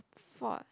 fault